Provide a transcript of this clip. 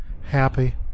happy